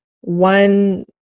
one